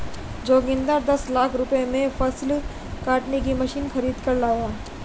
जोगिंदर दस लाख रुपए में फसल काटने की मशीन खरीद कर लाया